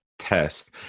test